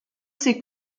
ces